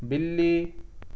بلّی